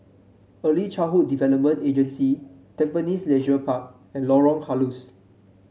Early Childhood Development Agency Tampines Leisure Park and Lorong Halus